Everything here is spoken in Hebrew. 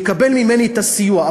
יקבל ממני את הסיוע,